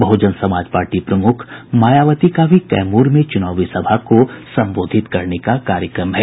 बहुजन Samaj party प्रमुख मायावती का भी कैमूर में चुनावी सभा को संबोधित करने का कार्यक्रम है